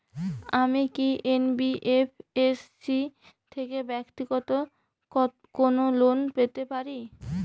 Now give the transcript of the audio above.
আমি কি এন.বি.এফ.এস.সি থেকে ব্যাক্তিগত কোনো লোন পেতে পারি?